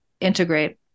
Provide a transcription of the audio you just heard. integrate